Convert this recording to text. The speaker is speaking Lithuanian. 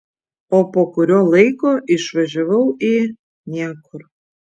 o po kurio laiko išvažiavau į niekur